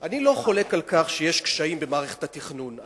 אני לא חולק על כך שיש היום קשיים במערכת התכנון,